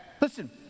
Listen